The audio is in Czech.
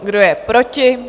Kdo je proti?